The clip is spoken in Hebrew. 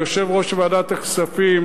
ליושב-ראש ועדת הכספים,